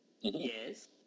yes